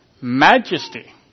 majesty